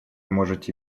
можете